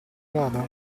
vada